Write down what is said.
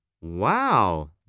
Wow